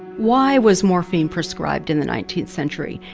why was morphine prescribed in the nineteenth century?